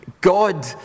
God